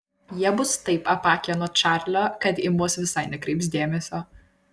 jie bus taip apakę nuo čarlio kad į mus visai nekreips dėmesio